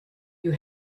you